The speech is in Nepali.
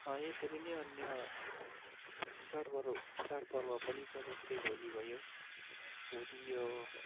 यसरी नै अन्य चाडपर्व चाडपर्व पनि छ जस्तै होली भयो होली यो